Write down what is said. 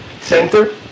center